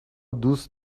دوست